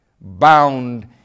bound